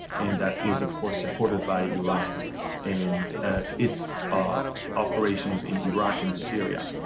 and that is, of course, supported by iran and its operations in iraq and syria.